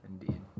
indeed